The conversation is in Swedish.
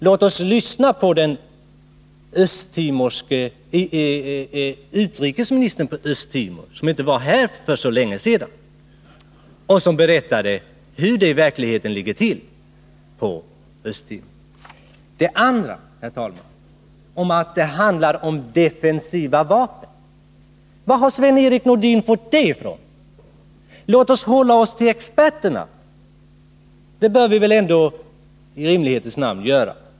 Låt oss lyssna på Östtimors utrikesminister, som för inte så länge sedan var här och berättade hur det i verkligheten ligger till på Östtimor. Det andra argumentet, herr talman, är att det här handlar om defensiva vapen. Varifrån har Sven-Erik Nordin fått det? Låt oss hålla oss till experterna — det bör vi ändå i rimlighetens namn göra.